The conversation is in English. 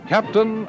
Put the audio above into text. Captain